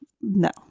no